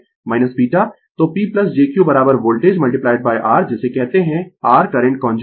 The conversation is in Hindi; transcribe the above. तो P jQ वोल्टेज r जिसे कहते है r करंट कांजुगेट